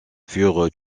furent